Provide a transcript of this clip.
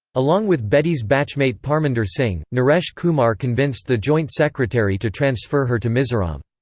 along with bedi's batchmate parminder singh, naresh kumar convinced the joint secretary to transfer her to mizoram.